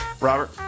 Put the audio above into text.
Robert